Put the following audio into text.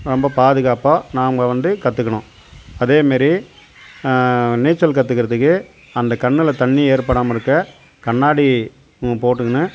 ரொம்ப பாதுகாப்பாக நாம்ம வந்து கற்றுக்கணும் அதேமாரி நீச்சல் கற்றுக்கறதுக்கு அந்த கண்ணில் தண்ணி ஏற்படாமல் இருக்க கண்ணாடி போட்டுக்கினு